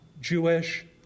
Jewish